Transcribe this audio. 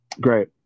Great